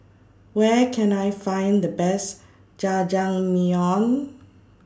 Where Can I Find The Best Jajangmyeon